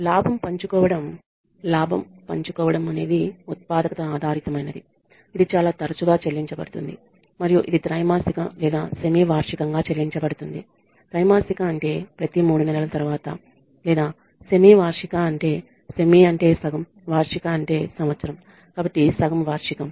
లాభం పంచుకోవడం అనేది ఉత్పాదకత ఆధారితమైనది ఇది చాలా తరచుగా చెల్లించబడుతుంది మరియు ఇది త్రైమాసిక లేదా సెమీ వార్షికంగా చెల్లించబడుతుంది త్రైమాసిక అంటే ప్రతి 3 నెలల తరువాత లేదా సెమీ వార్షిక అంటే సెమీ అంటే సగం వార్షిక అంటే సంవత్సరం కాబట్టి సగం వార్షికం